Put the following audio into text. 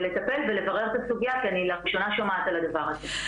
ולטפל ולברר את הסוגיה כי אני לראשונה שומעת על הדבר הזה.